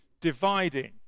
dividing